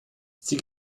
sie